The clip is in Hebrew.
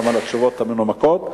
גם על התשובות המנומקות,